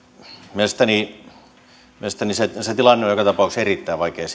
mielestäni mielestäni se tilanne siellä syyrian rajalla on joka tapauksessa erittäin vaikea